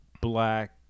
black